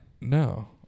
No